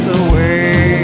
away